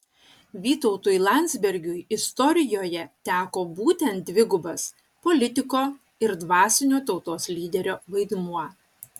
vytautui landsbergiui istorijoje teko būtent dvigubas politiko ir dvasinio tautos lyderio vaidmuo